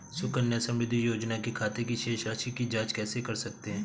सुकन्या समृद्धि योजना के खाते की शेष राशि की जाँच कैसे कर सकते हैं?